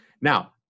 Now